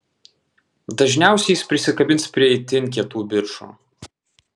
dažniausiai jis prisikabins prie itin kietų bičų